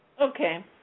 Okay